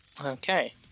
Okay